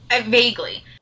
Vaguely